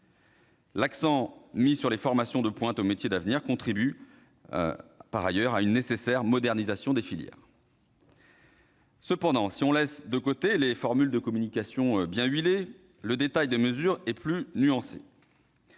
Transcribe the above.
l'accent mis sur les formations de pointe aux métiers d'avenir contribue à une nécessaire modernisation des filières. Cependant, si on laisse de côté les formules de communication bien huilées, le détail des mesures est plus nuancé.